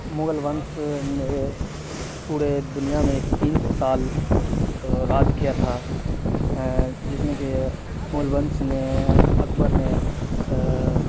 مغل ونش نے پورے دنیا میں تین سو سال راج کیا تھا جس میں کہ مغل ونش نے اکبر نے